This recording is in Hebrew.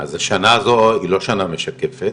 אז השנה הזאת היא לא שנה משקפת.